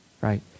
right